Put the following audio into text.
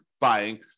buying